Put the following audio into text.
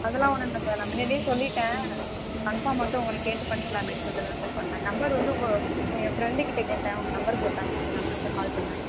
அதெல்லாம் ஒன்னும் இல்லை சார் நான் முன்னடியே சொல்லிவிட்டேன் கன்ஃபாம் மட்டும் உங்களை கேட்டு பண்ணிக்கலாமேன்னு சொல்லிட்டுதான் சார் பண்ணிணேன் நம்பர் வந்து ஒ உங்க ஏ ஃப்ரெண்டுக்கிட்ட கேட்டேன் உங்கள் நம்பர் கொடுத்தாங்க அதனால்தான் சார் கால் பண்ணேன்